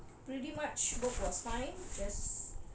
pretty much work was fine just